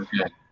okay